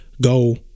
go